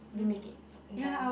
did you make it in time